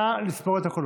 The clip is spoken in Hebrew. נא לספור את הקולות.